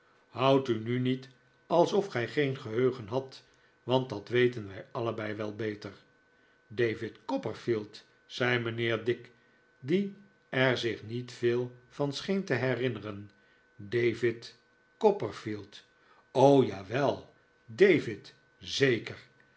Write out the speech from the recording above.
houdt u nu niet alsof gij geeh geheugen hadt want dat weten wij allebei wel beter david copperfield zei mijnheer dick die er zich niet veel van scheen te herinneren david copperfield o jawel david zeker